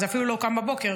זה אפילו לא קם בבוקר,